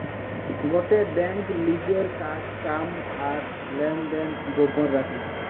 গটে বেঙ্ক লিজের কাজ কাম আর লেনদেন গোপন রাখে